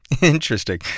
Interesting